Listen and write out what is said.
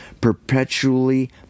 perpetually